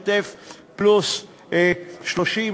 פלסטיני,